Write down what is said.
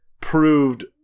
proved